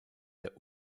der